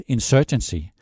Insurgency